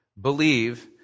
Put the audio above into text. believe